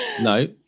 No